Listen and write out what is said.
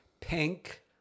pink